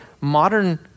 modern